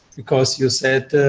because you said